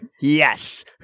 Yes